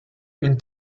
une